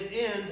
end